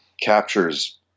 captures